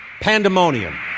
pandemonium